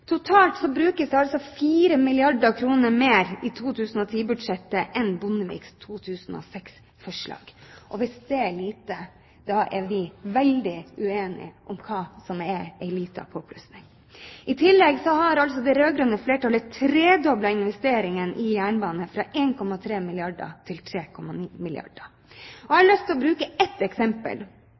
mer i 2010-budsjettet enn Bondeviks 2006-forslag. Hvis det er lite, da er vi veldig uenige om hva som er en liten påplussing. I tillegg har altså det rød-grønne flertallet tredoblet investeringen i jernbane fra 1,3 milliarder kr til 3,9 milliarder kr. Jeg har lyst til å bruke et eksempel: